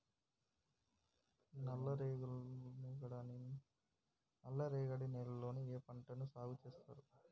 నల్లరేగడి నేలల్లో ఏ పంట సాగు చేస్తారు?